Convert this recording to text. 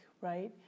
right